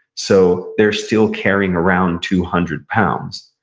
so they're still carrying around two hundred pounds